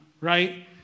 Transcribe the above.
right